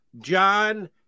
John